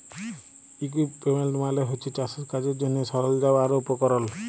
equipment মালে হছে চাষের কাজের জ্যনহে সরল্জাম আর উপকরল